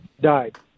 died